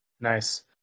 Nice